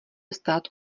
stát